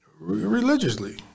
Religiously